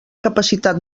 capacitat